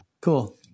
Cool